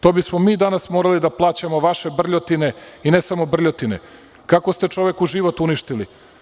To bismo mi danas morali da plaćamo vaše brljotine, i ne samo brljotine, kako ste čoveku život uništili.